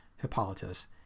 Hippolytus